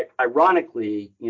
ironically